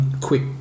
quick